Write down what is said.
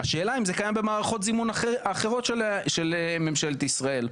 השאלה אם זה קיים במערכות זימון אחרות של ממשלת ישראל,